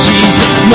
Jesus